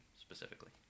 specifically